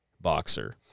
boxer